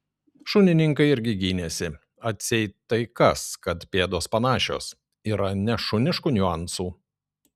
šunininkai irgi gynėsi atseit tai kas kad pėdos panašios yra nešuniškų niuansų